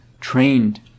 trained